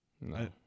No